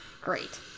Great